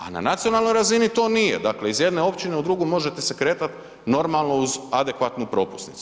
A na nacionalnoj razini to nije, dakle iz jedne općine u drugu možete se kretati normalno uz adekvatnu propusnicu.